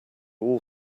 all